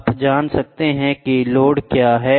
आप जान सकते हैं कि लोड क्या है